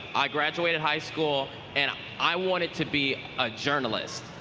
i graduated high school, and i wanted to be a journalist.